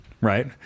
right